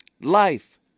Life